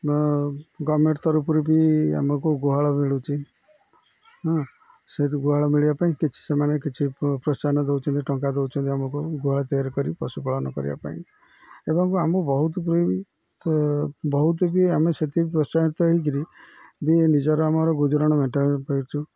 ଗମେଣ୍ଟ ତରଫରୁ ବି ଆମକୁ ଗୁହାଳ ମିଳୁଚି ହଁ ସେ ଗୁହାଳ ମିଳିବା ପାଇଁ କିଛି ସେମାନେ କିଛି ପ୍ରୋତ୍ସାହନ ଦେଉଛନ୍ତି ଟଙ୍କା ଦେଉଛନ୍ତି ଆମକୁ ଗୁହାଳ ତିଆରି କରି ପଶୁପାଳନ କରିବା ପାଇଁ ଏବଂ ଆମ ବହୁତ ପ୍ର ବି ବହୁତ ବି ଆମେ ସେକି ପ୍ରୋତ୍ସାହନ ତ ହୋଇକରି ବି ନିଜର ଆମର ଗୁଜୁରାଣ ମେଣ୍ଟଆଇ ପାରୁଛୁ